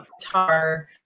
guitar